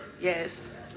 Yes